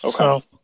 Okay